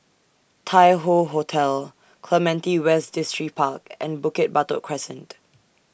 Tai Hoe Hotel Clementi West Distripark and Bukit Batok Crescent